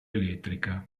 elettrica